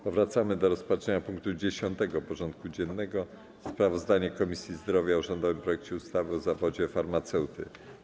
Powracamy do rozpatrzenia punktu 10. porządku dziennego: Sprawozdanie Komisji Zdrowia o rządowym projekcie ustawy o zawodzie farmaceuty.